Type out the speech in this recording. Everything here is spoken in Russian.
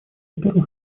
первых